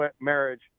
marriage